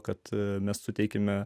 kad mes suteikiame